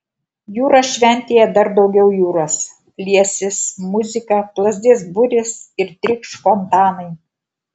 jūros šventėje dar daugiau jūros liesis muzika plazdės burės ir trykš fontanai